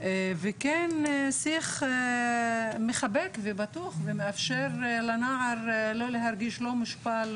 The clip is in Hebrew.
וכן שיח מחבק ובטוח שמאפשר לנער לא להרגיש מושפל,